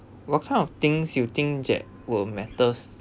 what kind of things you think that will matters